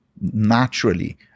naturally